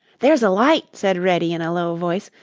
there's a light! said reddy in a low voice.